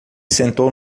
sentou